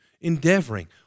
Endeavoring